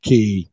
Key